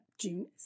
June